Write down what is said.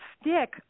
stick